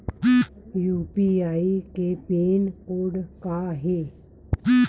UPI के pin code का हे?